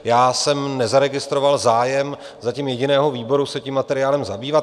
Já jsem nezaregistroval zatím zájem jediného výboru se tím materiálem zabývat.